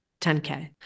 10K